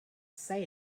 say